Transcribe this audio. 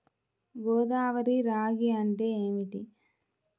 గోదావరి రాగి అంటే ఏమిటి?